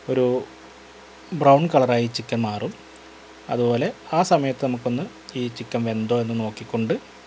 ഒരു ബ്രൌൺ കളറായി ചിക്കൻ മാറും അതുപോലെ ആ സമയത്ത് നമുക്കൊന്ന് ഈ ചിക്കൻ വെന്തോ എന്ന് നോക്കി കൊണ്ട്